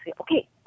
okay